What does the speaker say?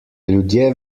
ljudje